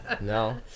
No